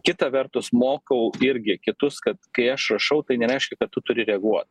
kita vertus mokau irgi kitus kad kai aš rašau tai nereiškia kad tu turi reaguot